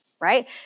right